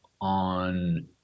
on